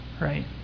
right